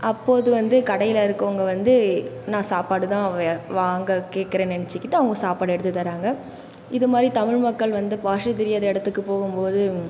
அப்போது வந்து கடையில் இருக்கறவங்க வந்து நான் சாப்பாடுதான் வாங்க கேட்கறேன்னு நெனைச்சிக்கிட்டு அவங்க சாப்பாடு எடுத்து தராங்க இதுமாதிரி தமிழ் மக்கள் வந்து பாஷை தெரியாத இடத்துக்கு போகும்போது